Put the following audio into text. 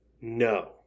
no